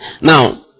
Now